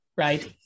right